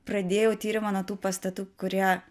pradėjau tyrimą nuo tų pastatų kurie